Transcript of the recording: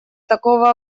такого